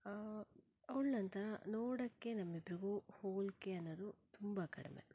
ಅವ್ಳನಂತ ನೋಡೋಕ್ಕೆ ನಮ್ಮಿಬ್ಬರಿಗೂ ಹೋಲಿಕೆ ಅನ್ನೋದು ತುಂಬ ಕಡಿಮೆ